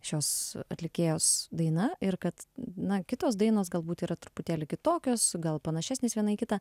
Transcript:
šios atlikėjos daina ir kad na kitos dainos galbūt yra truputėlį kitokios gal panašesnės viena į kitą